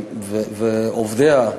ועובדיה,